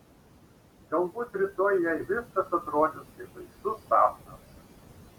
galbūt rytoj jai viskas atrodys kaip baisus sapnas